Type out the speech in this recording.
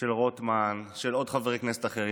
של רוטמן, של חברי כנסת אחרים.